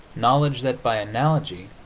knowledge that, by analogy,